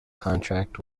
contract